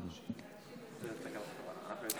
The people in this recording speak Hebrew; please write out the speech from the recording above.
בהצלחה.